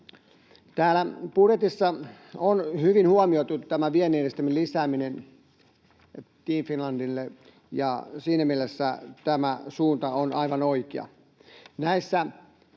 Täällä budjetissa on hyvin huomioitu tämä viennin edistämisen lisääminen Team Finlandille, ja siinä mielessä tämä suunta on aivan oikea.